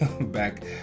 back